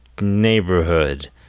neighborhood